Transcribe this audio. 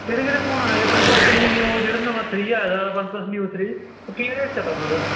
ते केह्ड़े केह्ड़े फोन आये दे वन प्लस दे ओह् जेह्ड़ा नमां फोन आये दा वन प्लस नियो थ्री ओह् ओह्दा कनेहा रेट चला दा